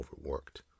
overworked